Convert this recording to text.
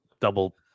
double